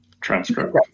Transcript